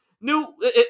new